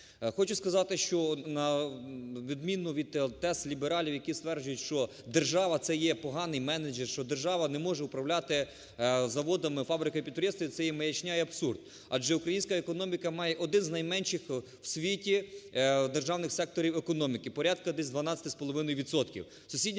Хочу сказати, що на відміну від ….. лібералів, які стверджують, що держава це є поганий менеджер, що держава не може управляти заводами, фабриками, підприємствами, це є маячня і абсурд. Адже українська економіка має один з найменших в світі державних секторів економіки – порядку десь 12,5